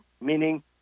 meaning